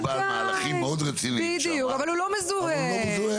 בעל מהלכים מאוד רציניים אבל הוא לא מזוהה.